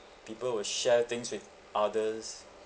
people will share things with others